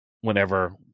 whenever